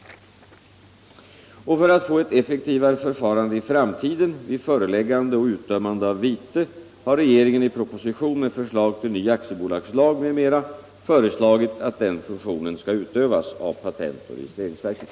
För att få ett effektivare förfarande i framtiden vid föreläggande och utdömande av vite har regeringen i propositionen med förslag till ny aktiebolagslag m.m. föreslagit att denna funktion skall utövas av patentoch registreringsverket.